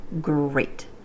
great